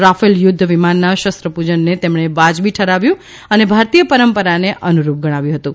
Rafale યુદ્ધ વિમાનના શસ્ત્ર પૂજનને તેમણે વાજબી ઠરાવ્યું અને ભારતીય પરંપરાને અનુરૂપ ગણાવ્યું હતું